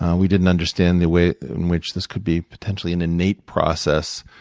and we didn't understand the way in which this could be potentially an innate process,